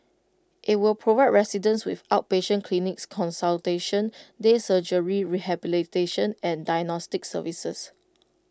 IT will provide residents with outpatient clinics consultation day surgery rehabilitation and diagnostic services